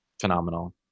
phenomenal